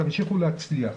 תמשיכו להצליח.